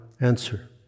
answer